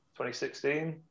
2016